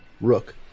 Rook